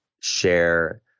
share